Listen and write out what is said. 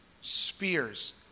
spears